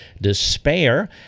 despair